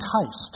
enticed